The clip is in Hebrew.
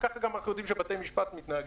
וככה גם בתי-המשפט מתנהגים.